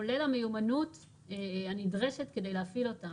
וכולל המיומנות הנדרשת כדי להפעיל אותן.